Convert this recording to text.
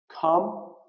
Come